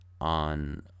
on